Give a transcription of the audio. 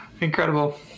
Incredible